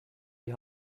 die